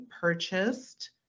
purchased